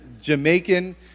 Jamaican